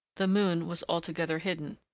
the moon was altogether hidden,